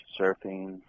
surfing